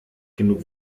genug